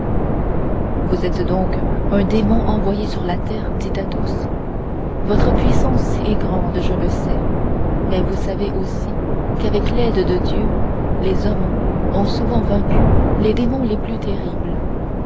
vous êtes donc un démon envoyé sur la terre dit athos votre puissance est grande je le sais mais vous savez aussi qu'avec l'aide de dieu les hommes ont souvent vaincu les démons les plus terribles